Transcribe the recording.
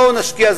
בואו ונשקיע.